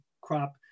crop